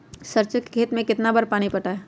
सरसों के खेत मे कितना बार पानी पटाये?